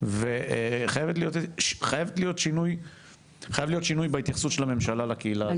חייב להיות שינוי בהתייחסות של הממשלה לקהילה הזו.